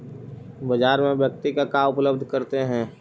बाजार में व्यक्ति का उपलब्ध करते हैं?